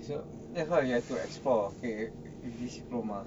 so that's why you have to explore okay with this diploma